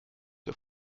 der